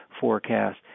forecast